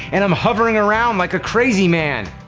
and i'm hovering around like a crazy man!